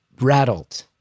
rattled